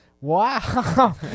Wow